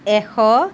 এশ